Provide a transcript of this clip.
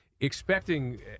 Expecting